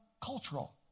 cultural